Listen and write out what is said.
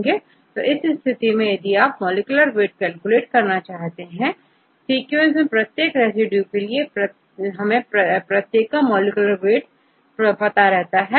तो इस स्थिति में यदि आप मॉलिक्यूलर वेट कैलकुलेट करना चाहे सीक्वेंस में प्रत्येक रेसिड्यू के लिए हमें प्रत्येक का मॉलिक्यूलर वेट प्रताप पता है